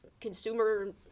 consumer